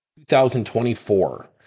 2024